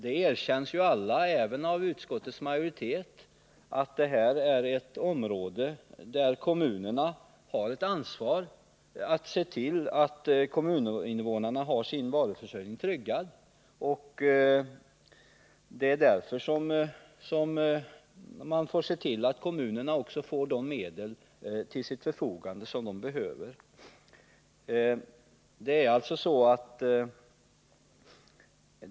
Det erkänns av alla — även av utskottets majoritet — att kommunerna har ansvaret att se till att kommuninvånarna har sin varuförsörjning tryggad. Men då måste man också se till att kommunerna får de medel till sitt förfogande som de behöver.